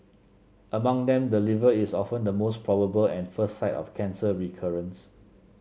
among them the liver is often the most probable and first site of cancer recurrence